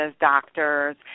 doctors